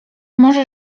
może